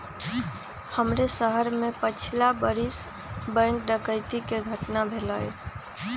हमरे शहर में पछिला बरिस बैंक डकैती कें घटना भेलइ